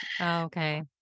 Okay